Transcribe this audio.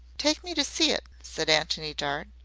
take me to see it, said antony dart.